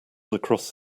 across